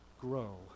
grow